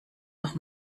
noch